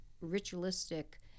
ritualistic